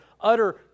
utter